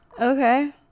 Okay